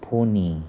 pony